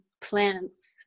plants